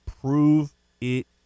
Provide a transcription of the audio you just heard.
prove-it